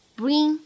bring